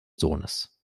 sohnes